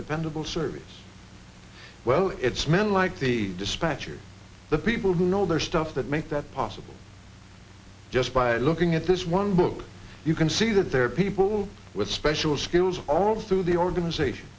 dependable service well it's men like the dispatcher the people who know their stuff that make that possible just by looking at this one book you can see that there are people with special skills all through the organization